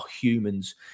humans